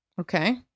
okay